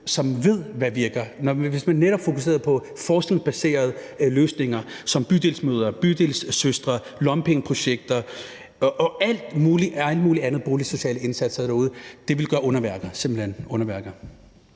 som ved hvad virker. Hvis man netop fokuserede på forskningsbaserede løsninger som bydelsmødre, bydelssøstre, lommepengeprojekter og alle mulig andre boligsociale indsatser derude, ville det gøre underværker, simpelt hen